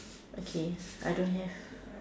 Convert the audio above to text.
okay I don't have